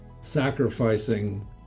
Sacrificing